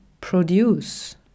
produce